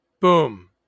Boom